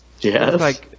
Yes